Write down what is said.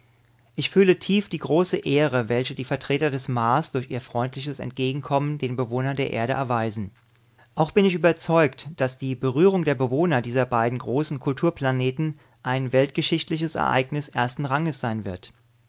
ich fühle tief die große ehre welche die vertreter des mars durch ihr freundliches entgegenkommen den bewohnern der erde erweisen auch ich bin überzeugt daß die berührung der bewohner dieser beiden großen kulturplaneten ein weltgeschichtliches ereignis ersten ranges sein wird